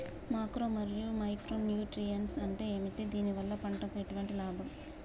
Macro మరియు micro nutrients అంటే ఏమిటి? దీనివల్ల పంటకు ఎటువంటి లాభం?